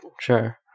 Sure